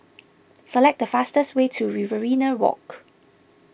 select the fastest way to Riverina Walk